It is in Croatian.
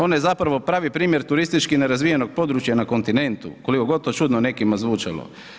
Ona je zapravo pravi primjer turistički nerazvijenog područja na kontinentu koliko god to čudno nekima zvučalo.